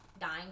dying